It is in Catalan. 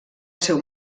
seu